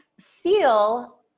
feel